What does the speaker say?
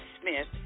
Smith